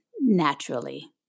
naturally